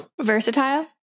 Versatile